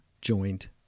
joined